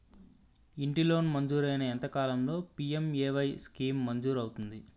ఇంటి లోన్ మంజూరైన ఎంత కాలంలో పి.ఎం.ఎ.వై స్కీమ్ మంజూరు అవుతుంది?